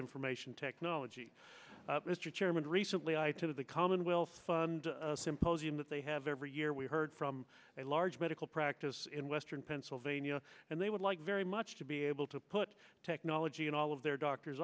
information technology mr chairman recently i to the common will fund a symposium that they have every year we heard from a large medical practice in western pennsylvania and they would like very much to be able to put technology in all of their doctors